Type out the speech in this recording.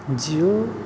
Jio